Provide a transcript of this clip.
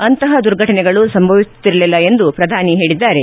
ಅಂತಹ ದುರ್ಘಟನೆಗಳು ಸಂಭವಿಸುತ್ತಿರಲಿಲ್ಲ ಎಂದು ಪ್ರಧಾನಿ ಹೇಳಿದ್ದಾರೆ